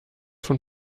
von